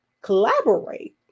collaborate